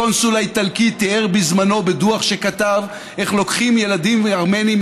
הקונסול האיטלקי תיאר בזמנו בדוח שכתב איך לוקחים ילדים ארמנים,